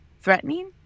threatening